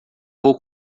vou